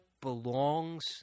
belongs